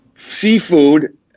Seafood